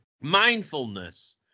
Mindfulness